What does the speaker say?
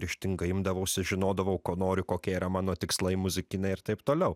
ryžtingai imdavausi žinodavau ko noriu kokie yra mano tikslai muzikinę ir taip toliau